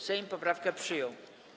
Sejm poprawkę przyjął.